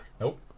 Nope